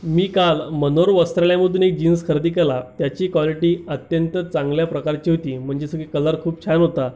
मी काल मनोहर वस्त्रालयमधून एक जिन्स खरेदी केला त्याची क्वालेटी अत्यंत चांगल्या प्रकारची होती म्हणजे सगळे कलर खूप छान होता